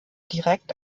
direkt